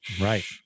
Right